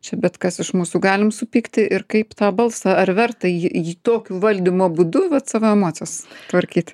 čia bet kas iš mūsų galim supykti ir kaip tą balsą ar verta jį jį tokiu valdymo būdu vat savo emocijas tvarkyt